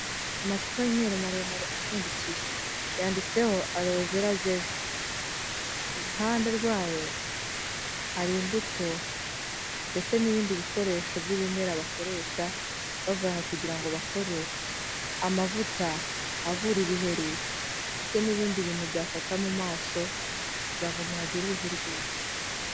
Amacupa y'umweru maremare apfundikiye, yanditseho arowevera jeri. Iruhande rwayo hari imbuto ndetse n'ibindi bikoresho by'ibimera bakoresha, bavanga kugira ngo bakore amavuta, avura ibiheri, ndetse n'ibindi bintu byafata mu maso, kugira ngo umuntu agire uruhu rwiza.